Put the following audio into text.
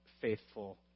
faithful